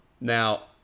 Now